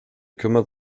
kümmert